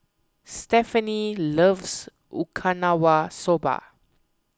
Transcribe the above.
Stefani loves Okinawa Soba